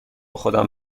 خودم